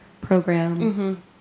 program